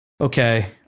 okay